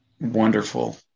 wonderful